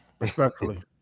Respectfully